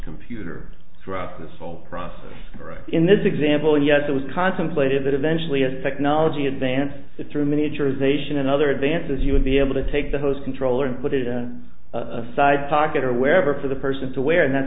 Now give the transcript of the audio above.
computer throughout this whole process in this example and yes it was contemplated that eventually as technology advance through miniaturization and other advances you would be able to take the host controller and put it in a side pocket or wherever for the person to where and that's